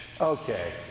Okay